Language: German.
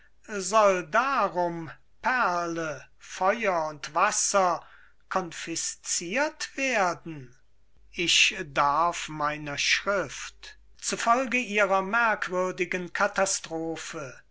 soll darum perle feuer und wasser konfiscirt werden ich darf meiner schrift zufolge ihrer merkwürdigen katastrophe